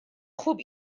خوب